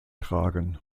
tragen